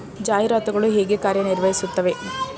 ಜಾಹೀರಾತುಗಳು ಹೇಗೆ ಕಾರ್ಯ ನಿರ್ವಹಿಸುತ್ತವೆ?